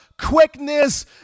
quickness